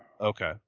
okay